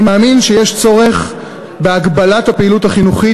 אני מאמין שיש צורך בהגברת הפעילות החינוכית